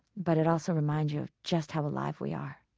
but it also reminds you of just how alive we are.